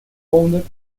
founded